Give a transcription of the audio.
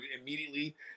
immediately